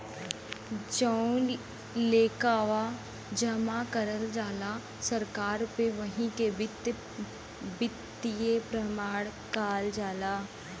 जउन लेकःआ जमा करल जाला सरकार के वही के वित्तीय प्रमाण काल जाला